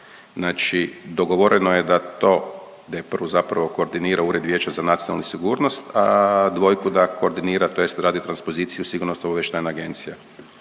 Znači dogovoreno je da to, da prvu zapravo koordinira Ured Vijeća za nacionalnu sigurnost, a dvojku da koordinira tj. radi transpoziciju SOA. Dakle mogao